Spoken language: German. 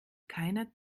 keiner